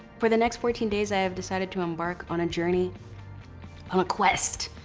for the next fourteen days, i have decided to embark on a journey, on a quest,